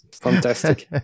fantastic